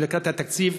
אנחנו לקראת התקציב,